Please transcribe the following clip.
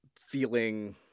feeling